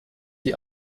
die